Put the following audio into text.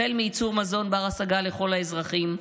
החל מייצור מזון בר-השגה לכל האזרחים,